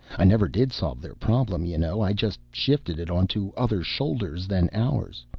i never did solve their problem, you know. i just shifted it onto other shoulders than ours.